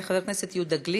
חבר הכנסת יהודה גליק,